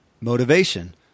motivation